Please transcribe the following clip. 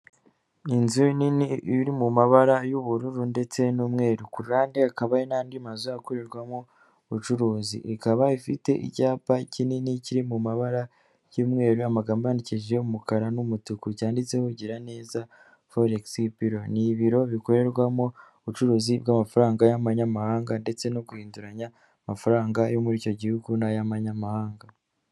Inzu nini iri mu mabara y'ubururu ndetse n'umweru. Ku rande hakaba hari n'andi mazu akorerwamo ubucuruzi. Ikaba ifite icyapa kinini kiri mu mabara y'umweru, amagambo yanandikishije umukara n'umutuku. Cyanditseho Giraneza Forex Bureau. Ni ibiro bikorerwamo ubucuruzi bw'amafaranga y'amanyamahanga ndetse no guhinduranya amafaranga yo muri icyo gihugu n'ay'amanyamahanga.